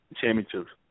championships